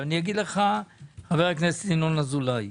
חבר הכנסת ינון אזולאי,